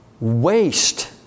waste